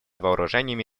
вооружениями